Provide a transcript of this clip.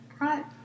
Right